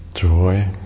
joy